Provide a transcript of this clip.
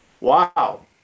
Wow